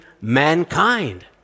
mankind